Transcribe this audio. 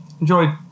Enjoy